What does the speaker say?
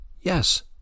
Yes